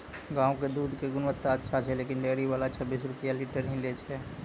गांव के दूध के गुणवत्ता अच्छा छै लेकिन डेयरी वाला छब्बीस रुपिया लीटर ही लेय छै?